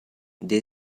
they